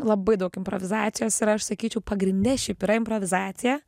labai daug improvizacijos ir aš sakyčiau pagrinde šiaip yra improvizacija